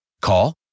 Call